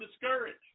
discouraged